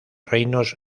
reinos